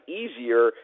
easier